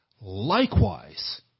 Likewise